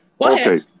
Okay